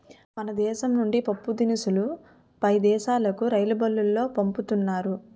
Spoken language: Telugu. మన దేశం నుండి పప్పుదినుసులు పై దేశాలుకు రైలుబల్లులో పంపుతున్నారు